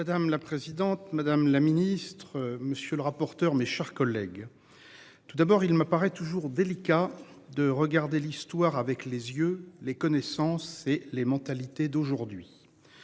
Madame la présidente, madame la ministre, monsieur le rapporteur. Mes chers collègues. Tout d'abord il m'apparaît toujours délicat de regarder l'histoire avec les yeux les connaissances et les mentalités d'aujourd'hui.